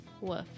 Woof